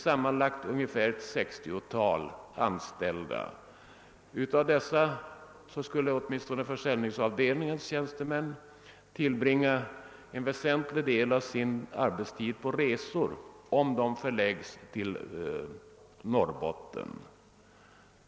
Sammanlagt har dessa 60-talet anställda. Av dessa skulle åtminstone försäljningsavdelningens tjänstemän tillbringa en väsentlig del av sin arbetstid på resor, om kontoret förläggs till Norrbotten.